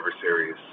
Series